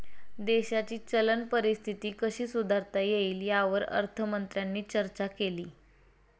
देशाची चलन परिस्थिती कशी सुधारता येईल, यावर अर्थमंत्र्यांनी चर्चा केली